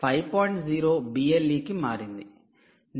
0 BLE కి మారింది